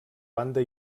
banda